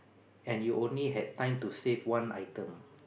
and you only had time to save one item